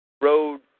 Road